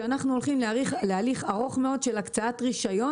שאנחנו הולכים להליך ארוך מאוד של הקצאת רישיון